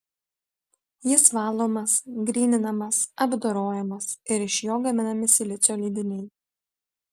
jis valomas gryninamas apdorojamas ir iš jo gaminami silicio lydiniai